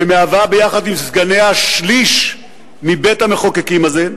שמהווה יחד עם סגניה שליש מבית-המחוקקים הזה,